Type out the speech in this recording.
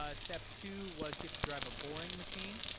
ah step two was get to drive a boring machine,